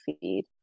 feed